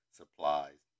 supplies